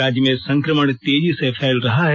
राज्य में संक्रमण तेजी से फैल रहा है